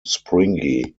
springy